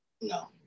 No